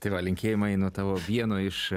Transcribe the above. tai va linkėjimai nuo tavo vieno iš